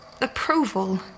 approval